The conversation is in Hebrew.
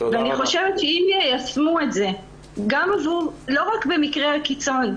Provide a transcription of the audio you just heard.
אני חושבת שראוי שיישמו את זה לא רק במקרה הקיצון,